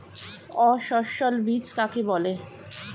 অসস্যল বীজ কাকে বলে?